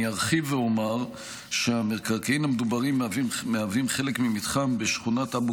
אני ארחיב ואומר שהמקרקעין המדוברים מהווים חלק ממתחם בשכונת אבו